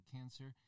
Cancer